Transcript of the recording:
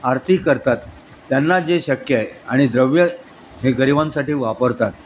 आरती करतात त्यांना जे शक्य आहे आणि द्रव्य हे गरिबांसाठी वापरतात